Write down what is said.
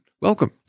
Welcome